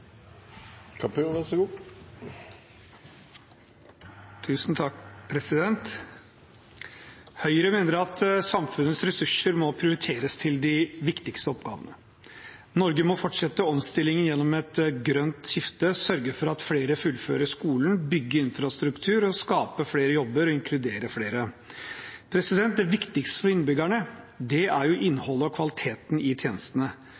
Høyre mener at samfunnets ressurser må prioriteres til de viktigste oppgavene. Norge må fortsette omstillinger gjennom et grønt skifte, sørge for at flere fullfører skolen, bygge infrastruktur, skape flere jobber og inkludere flere. Det viktigste for innbyggerne er innholdet og kvaliteten i tjenestene.